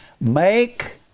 make